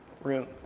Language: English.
room